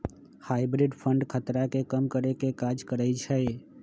hybrid fund खतरा के कम करेके काज करइ छइ